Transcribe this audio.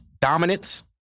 dominance